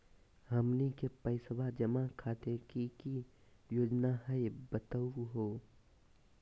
हमनी के पैसवा जमा खातीर की की योजना हई बतहु हो?